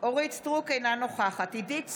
אורית מלכה סטרוק, אינה נוכחת עידית סילמן,